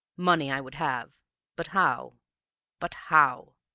money i would have but how but how?